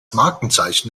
markenzeichen